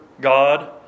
God